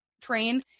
train